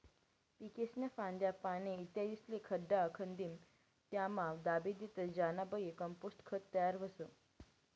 पीकेस्न्या फांद्या, पाने, इत्यादिस्ले खड्डा खंदीन त्यामा दाबी देतस ज्यानाबये कंपोस्ट खत तयार व्हस